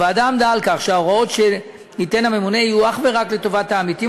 הוועדה עמדה על כך שההוראות שייתן הממונה יהיו אך ורק לטובת העמיתים,